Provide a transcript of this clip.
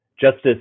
Justice